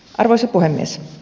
arvoisa puhemies